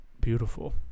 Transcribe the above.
beautiful